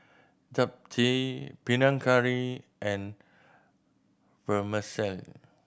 Japchae Panang Curry and Vermicelli